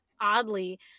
oddly